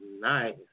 nice